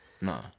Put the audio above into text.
No